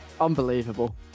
unbelievable